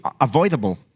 avoidable